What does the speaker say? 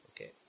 Okay